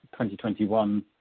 2021